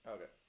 Okay